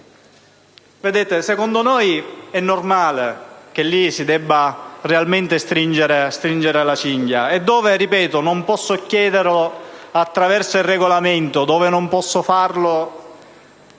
Ecco, secondo noi è normale che lì si debba realmente stringere la cinghia. E poiché ‑ ripeto ‑ non posso chiederlo attraverso il Regolamento e non posso farlo